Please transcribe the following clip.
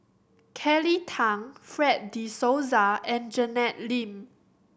Kelly Tang Fred De Souza and Janet Lim